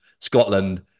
Scotland